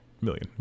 million